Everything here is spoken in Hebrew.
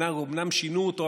אומנם שינו אותו,